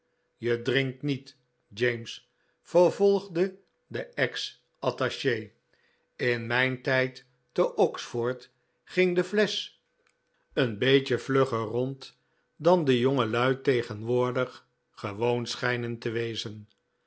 je drinkt niet james vervolgde de ex attache in mijn tijd te oxford ging de flesch een beetje vlugger rond dan de jongelui tegenwoordig gewoon schijnen te wezen